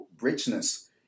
richness